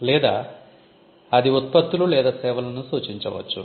లేదా అది ఉత్పత్తులు లేదా సేవలను సూచించ వచ్చు